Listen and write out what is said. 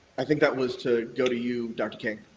i think that was to go to you, dr. king.